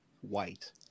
white